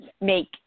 make